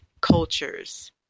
cultures